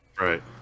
right